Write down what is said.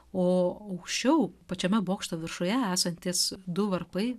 o aukščiau pačiame bokšto viršuje esantys du varpai